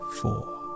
four